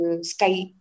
sky